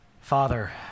Father